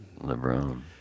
LeBron